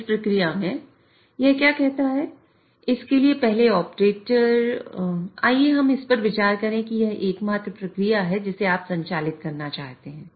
इस प्रक्रिया में यह क्या कहता है इसके लिए पहले ऑपरेटर आइए हम इस पर विचार करें कि यह एकमात्र प्रक्रिया है जिसे आप संचालित करना चाहते हैं